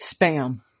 Spam